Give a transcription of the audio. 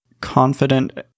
confident